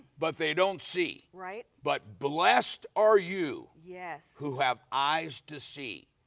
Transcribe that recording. but they don't see. right but blessed are you yes who have eyes to see.